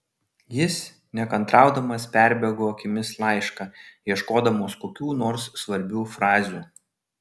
jis nekantraudamas perbėgo akimis laišką ieškodamas kokių nors svarbių frazių